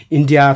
India